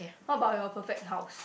what about your perfect house